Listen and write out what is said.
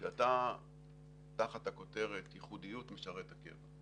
כשאתה תחת הכותרת 'ייחודיות משרת הקבע',